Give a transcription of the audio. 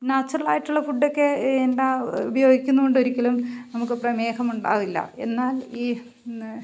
നാച്ചുറലായിട്ടുള്ള ഫുഡൊക്കെ എന്താ ഉപയോഗിക്കുന്നത് കൊണ്ടൊരിക്കലും നമുക്ക് പ്രമേഹമുണ്ടാവില്ല എന്നാൽ ഈ ഇന്ന്